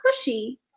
pushy